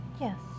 Yes